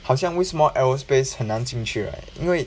好像为什么 aerospace 很难进去 right 因为